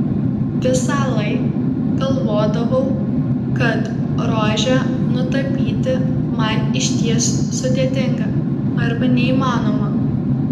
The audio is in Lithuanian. visąlaik galvodavau kad rožę nutapyti man išties sudėtinga arba neįmanoma